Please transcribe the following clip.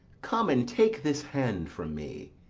come, and take this hand from me.